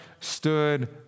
stood